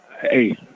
hey